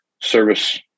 service